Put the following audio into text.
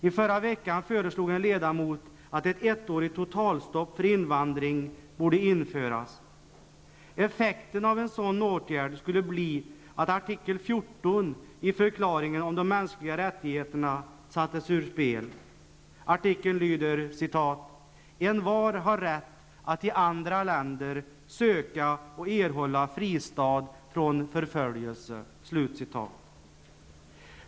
I förra veckan föreslog en ledamot att ett ettårigt totalstopp för invandring borde införas. Effekten av en sådan åtgärd skulle bli att artikel 14 i förklaringen om de mänskliga rättigheterna sattes ur spel: ''Envar har rätt att i andra länder söka och åtnjuta fristad från förföljelse.''